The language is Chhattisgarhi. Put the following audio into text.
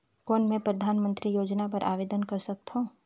कौन मैं परधानमंतरी योजना बर आवेदन कर सकथव?